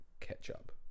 ketchup